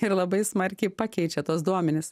ir labai smarkiai pakeičia tuos duomenis